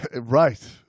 Right